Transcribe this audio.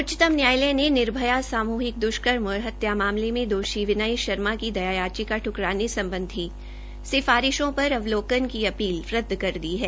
उच्चतम न्यायालय ने निर्भया सामूहिक दृष्कर्म और हत्या मामले में दोषी विनय शर्मा की दया याचिका दुकराने संबंधी सिफारिशों पर अवलोकन की अपील रद्द कर दी है